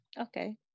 okay